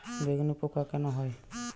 বেগুনে পোকা কেন হয়?